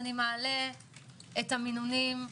אני מעלה את המינונים.